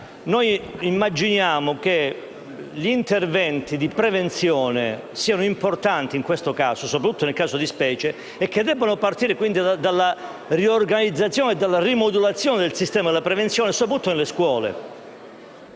riteniamo che gli interventi di prevenzione siano importanti, soprattutto nel caso di specie, e che debbano partire dalla riorganizzazione e dalla rimodulazione del sistema della prevenzione, soprattutto nelle scuole.